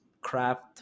craft